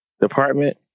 department